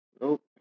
Nope